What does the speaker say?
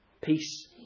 Peace